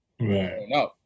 Right